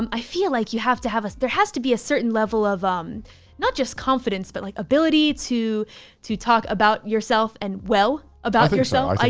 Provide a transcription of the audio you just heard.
um i feel like you have to have a. there has to be a certain level of um not just confidence, but like ability to to talk about yourself and well about yourself,